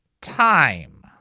time